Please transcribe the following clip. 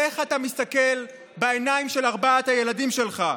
איך אתה מסתכל בעיניים של ארבעת הילדים שלך?